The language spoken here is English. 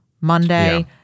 Monday